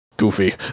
goofy